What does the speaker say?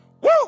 Woo